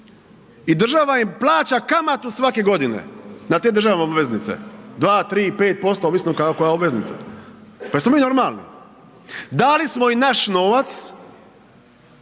i država im plaća kamatu svake godine na te državne obveznice 2, 3, 5% ovisno kako koja obveznica. Pa jesmo li mi normalni? Dali smo im naš novac